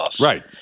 Right